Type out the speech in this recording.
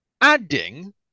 adding